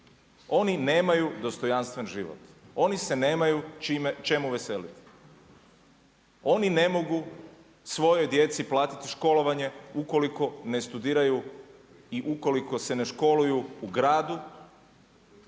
Oni nemaju dostojanstven život, oni se nemaju čemu veseliti, oni ne mogu svojoj djeci platiti školovanje ukoliko ne studiraju i ukoliko se ne školuju u gradu